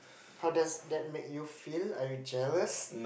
how does that make you feel are you jealous